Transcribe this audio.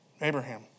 Abraham